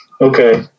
Okay